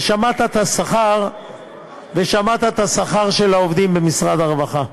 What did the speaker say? ושמעת מה השכר של העובדים במשרד הרווחה,